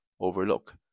overlook